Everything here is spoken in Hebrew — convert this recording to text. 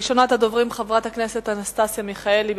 ראשונה תדבר חברת הכנסת אנסטסיה מיכאלי.